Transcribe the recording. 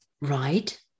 right